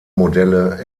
modelle